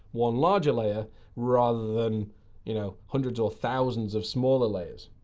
one larger layer rather than you know hundreds or thousands of smaller layers.